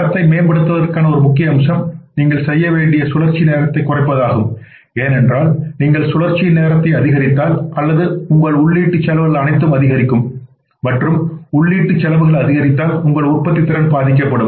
தரத்தை மேம்படுத்துவதற்கான ஒரு முக்கிய அம்சம் நீங்கள் செய்ய வேண்டிய சுழற்சி நேரத்தைக் குறைப்பதாகும் ஏனென்றால் நீங்கள் சுழற்சியின் நேரத்தை அதிகரித்தால் அல்லது உங்கள் உள்ளீட்டு செலவுகள் அனைத்தும் அதிகரிக்கும் மற்றும் உள்ளீட்டு செலவுகள் அதிகரித்தால் உங்கள் உற்பத்தித்திறன் பாதிக்கப்படும்